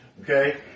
okay